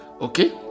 okay